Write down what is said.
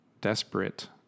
desperate